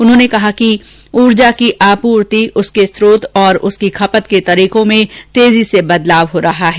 उन्होंने कहा कि ऊर्जा की आपूर्ति उसके स्रोत और उसकी खपत के तरीको में तेजी से बदलाव हो रहा है